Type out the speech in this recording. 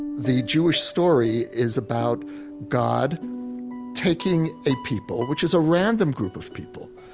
the jewish story is about god taking a people, which is a random group of people,